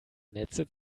netze